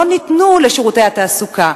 לא ניתנו לשירותי התעסוקה.